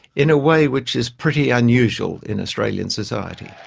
in a way which is pretty unusual in australian society.